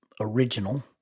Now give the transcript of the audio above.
original